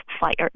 fired